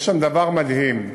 יש שם דבר מדהים: